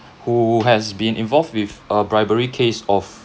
who has been involved with a bribery case of